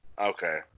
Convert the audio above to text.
Okay